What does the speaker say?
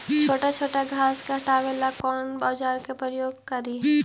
छोटा छोटा घास को हटाबे ला कौन औजार के प्रयोग करि?